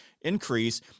increase